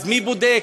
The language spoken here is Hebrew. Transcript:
אז מי בודק?